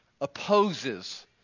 opposes